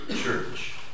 church